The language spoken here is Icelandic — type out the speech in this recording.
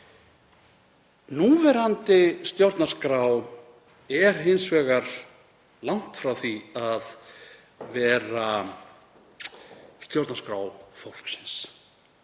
Núgildandi stjórnarskrá er hins vegar langt frá því að vera stjórnarskrá fólksins.